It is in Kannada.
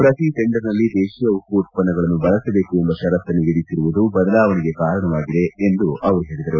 ಪ್ರತಿ ಟೆಂಡರ್ನಲ್ಲಿ ದೇಶೀಯ ಉಕ್ಕು ಉತ್ಪನ್ನಗಳನ್ನು ಬಳಸಬೇಕು ಎಂಬ ಪರತ್ತನ್ನು ವಿಧಿಸಿರುವುದು ಬದಲಾವಣೆಗೆ ಕಾರಣವಾಗಿದೆ ಎಂದವರು ಹೇಳಿದರು